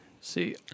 See